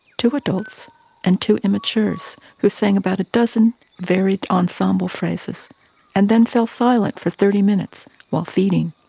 two adults and two immatures, who sang about a dozen varied ensemble phrases and then fell silent for thirty minutes while feeding.